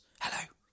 hello